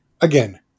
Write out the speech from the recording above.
Again